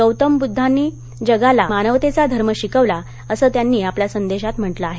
गौतम बुद्धानं जगाला अहिंसा आणि मानवतेचा धर्म शिकवला असं त्यांनी आपल्या संदेशात म्हटलं आहे